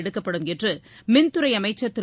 எடுக்கப்படும் என்று மின்துறை அமைச்சர் திரு